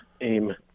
Aim